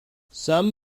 some